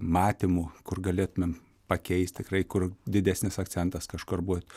matymų kur galėtumėm pakeist tikrai kur didesnis akcentas kažkur būt